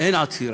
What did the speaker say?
אין עצירה,